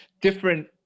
different